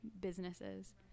businesses